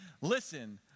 listen